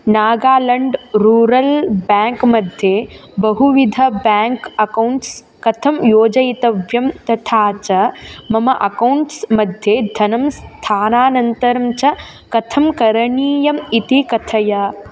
Nagaland rural bank मध्ये बहुविध bank accounts कथं योजयितव्यं तथा च मम अकौण्ट्स् मध्ये धनं स्थानानन्तरं च कथं करणीयम् इति कथय